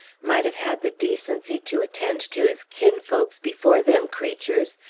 might have had the decency to attend to his kinsfolks, before them creatures!